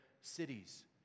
cities